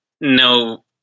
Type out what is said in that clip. no